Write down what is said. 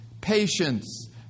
patience